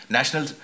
National